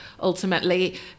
ultimately